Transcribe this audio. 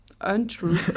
untrue